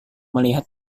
melihat